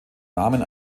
namen